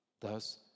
Thus